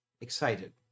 Excited